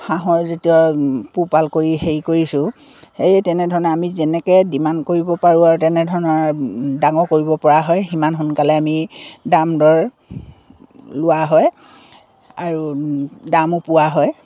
হাঁহৰ যেতিয়া পোহপাল কৰি হেৰি কৰিছোঁ সেয়ে তেনেধৰণে আমি যেনেকৈ ডিমাণ্ড কৰিব পাৰোঁ আৰু তেনেধৰণৰ ডাঙৰ কৰিব পৰা হয় সিমান সোনকালে আমি দাম দৰ লোৱা হয় আৰু দামো পোৱা হয়